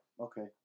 Okay